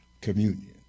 communion